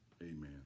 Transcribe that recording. Amen